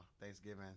Thanksgiving